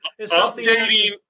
updating